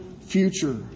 future